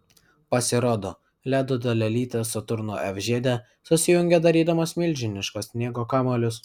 pasirodo ledo dalelytės saturno f žiede susijungia sudarydamos milžiniškus sniego kamuolius